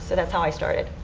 that's how i started.